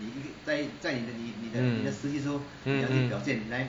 mm mm mm